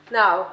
now